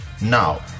Now